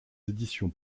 éditions